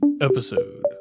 episode